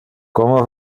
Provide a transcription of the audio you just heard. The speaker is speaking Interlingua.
como